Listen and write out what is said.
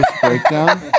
breakdown